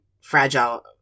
fragile